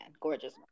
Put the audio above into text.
gorgeous